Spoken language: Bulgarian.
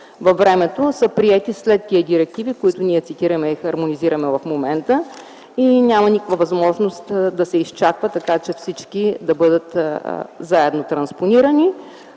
във времето са приети след тези директиви, които ние цитираме и хармонизираме в момента и няма никаква възможност да се изчаква, така че всички да бъдат транспонирани